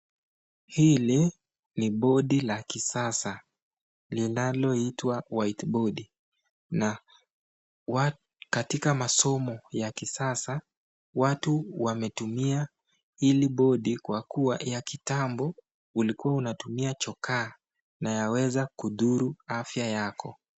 Hii ni bodi ya kisasa linalo it was whiteboard na katika masomo ya kisasa watu wametumia hili bodi kwa kua ya kitambo ilikua inatumia chokaa na yaweza kudhuru afya yako.